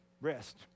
rest